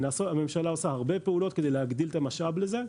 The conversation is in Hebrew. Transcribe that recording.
הממשלה עושה הרבה פעולות כדי להגדיל את המשאב לזה.